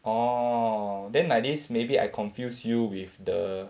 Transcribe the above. orh then like this maybe I confused you with the